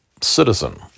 citizen